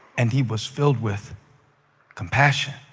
and he was filled with compassion